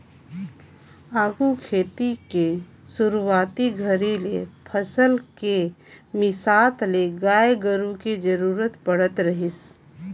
आघु खेती के सुरूवाती घरी ले फसल के मिसात ले गाय गोरु के जरूरत पड़त रहीस